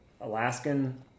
Alaskan